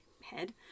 head